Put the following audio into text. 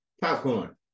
popcorn